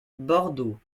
bordeaux